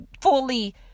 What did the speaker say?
fully